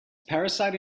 parasite